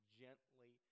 gently